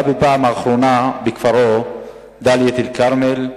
בפעם האחרונה בכפרו דאלית-אל-כרמל,